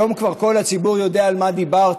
היום כבר כל הציבור יודע על מה דיברת,